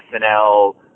SNL